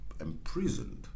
imprisoned